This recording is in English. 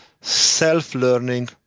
self-learning